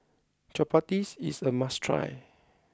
Chapati is a must try